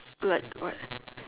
good at what